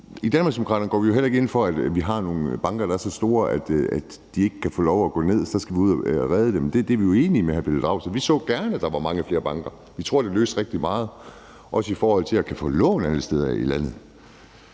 I Danmarksdemokraterne går vi jo heller ikke ind for, at vi har nogle banker, er så store, at de ikke kan få lov at gå ned, så vi skal ud og redde dem. Det er vi jo enige med hr. Pelle Dragsted i. Vi så gerne, at der var mange flere banker. Vi tror, det ville løse rigtig meget også i forhold til at kunne få lån alle steder i landet.